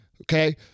okay